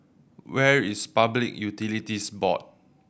where is Public Utilities Board